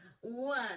one